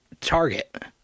Target